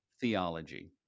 theology